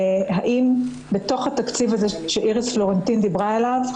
האם בתוך התקציב הזה שאיריס פלורנטין דיברה עליו,